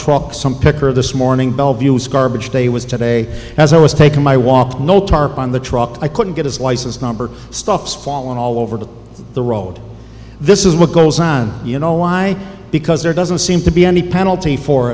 truck some picker this morning bellevue was garbage day was today as i was taking my walk no tarp on the truck i couldn't get his license number stuff falling all over the road this is what goes on you know why because there doesn't seem to be any penalty for